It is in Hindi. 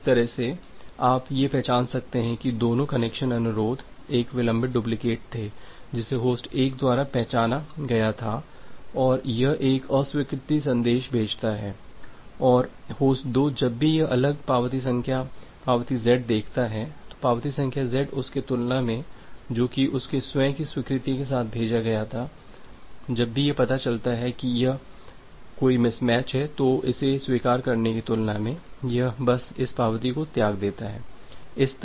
तो इस तरह से आप यह पहचान सकते हैं कि दोनों कनेक्शन अनुरोध एक विलंबित डुप्लिकेट थे जिसे होस्ट 1 द्वारा पहचाना गया था और यह एक अस्वीकृति संदेश भेजता है और होस्ट 2 जब भी यह एक अलग पावती संख्या पावती z देखता है पावती संख्या z उसके तुलना में जो की उसके स्वयं की स्वीकृति के साथ भेजा गया था जब भी यह पता चलता है कि यहाँ कोई मिसमैच है तो इसे स्वीकार करने की तुलना में यह बस इस पावती को त्याग देता है